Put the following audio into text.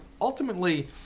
Ultimately